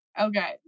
Okay